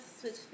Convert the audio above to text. switch